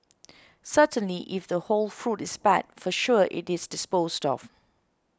certainly if the whole fruit is bad for sure it is disposed of